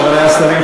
חברי השרים,